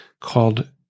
called